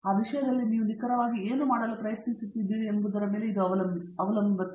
ಆ ವಿಷಯದಲ್ಲಿ ನೀವು ನಿಖರವಾಗಿ ಏನು ಮಾಡಲು ಪ್ರಯತ್ನಿಸುತ್ತಿದ್ದೀರಿ ಎಂಬುದರ ಮೇಲೆ ಅವಲಂಬಿಸಿ